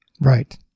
right